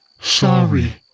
Sorry